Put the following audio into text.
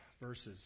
verses